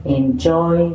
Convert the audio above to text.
enjoy